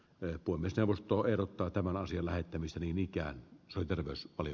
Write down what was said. reppua mistä vastuu erottaa tämän asian lähettämistäni mikä soi terveys oli